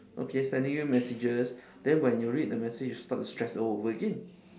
okay sending you messages then when you read the message you start to stress all over again